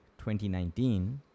2019